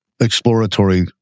exploratory